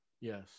Yes